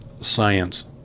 science